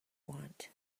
want